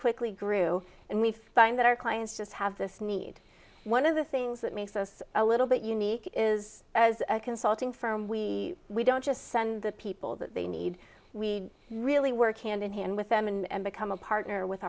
quickly grew and we find that our clients just have this need one of the things that makes us a little bit unique is as a consulting firm we we don't just send the people that they need we really work hand in hand with them and become a partner with